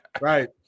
Right